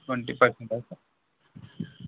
twenty పర్సెంటా sir